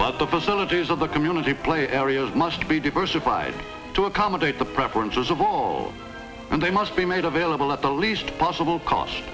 but the facilities of the community play areas must be diverse supplied to accommodate the preferences of all and they must be made available at the least possible cost